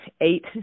eight